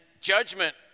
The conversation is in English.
judgment